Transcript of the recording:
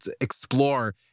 explore